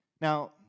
Now